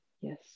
Yes